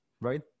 right